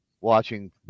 watching